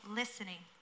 listening